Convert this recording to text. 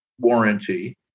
warranty